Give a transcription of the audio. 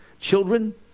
Children